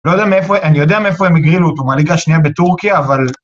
אני לא יודע מאיפה...אני יודע מאיפה הם הגרילו אותו, מהליגה שנייה בטורקיה, אבל...